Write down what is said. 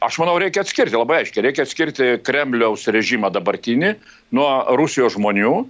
aš manau reikia atskirti labai aiškiai reikia atskirti kremliaus režimą dabartinį nuo rusijos žmonių